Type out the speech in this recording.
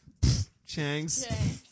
Changs